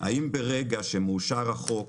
והאם ברגע שמאושר החוק